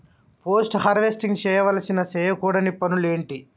Post harvesting చేయవలసిన చేయకూడని పనులు ఏంటి?